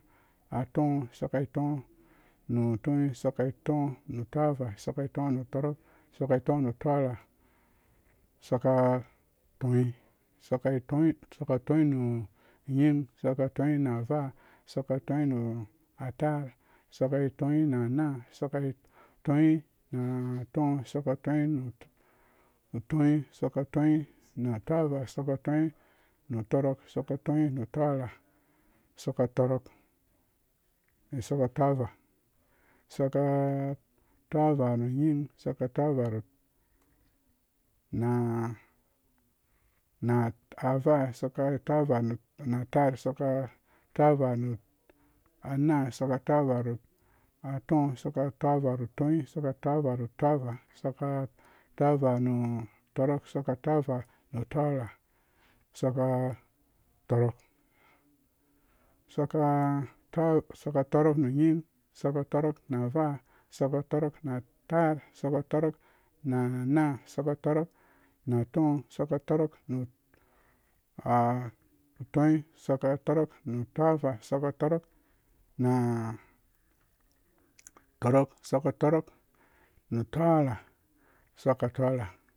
I soka tɔõ nu utɔɔnyi. i soka toõ nu utɔɔra- isoka toõ nu utɔɔtokl isoka toõ nu utɔɔrha-isoka- tɔɔnyi.-isoka tɔɔnyi ny nying isoka tɔɔnyi nu uvaa- isoka tɔɔngi nu utaar isoka tɔɔnyi nu utoõ-isoka tɔɔnyi nu utɔɔnyi. isoka tɔɔngi mu utɔɔva isoka utɔɔvo-isoka utɔɔva nu nying-isoka utɔɔva nu uvac isoka-utɔɔva nu utaar-isoka utɔɔva nu anaa isoka utɔɔva nu utoõ isoka utɔɔva nu utɔɔnyi isoka utɔɔva nu utɔɔva isoka uɔɔva nu utɔɔrok isoka uɔɔva nu utɔɔrha isoka utɔɔrok. isoka utɔɔrok nu nying. isoka utɔɔra nu uvaa. isoka tɔɔrok nu unaa. isoka utɔɔrok nu utoõ isoka utɔɔrok nu utɔɔnyi isoka utɔɔrok nu utɔɔra isoka utɔɔrok nu utɔɔrok-isoka utɔɔrok nu utɔɔrha-isoka utɔɔrha.